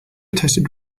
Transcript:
tasted